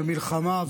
ממלחמה,